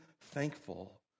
thankful